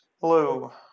Hello